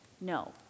no